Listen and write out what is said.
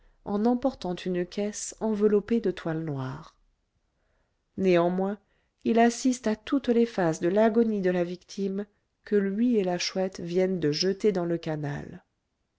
en emportant une caisse enveloppée de toile noire néanmoins il assiste à toutes les phases de l'agonie de la victime que lui et la chouette viennent de jeter dans le canal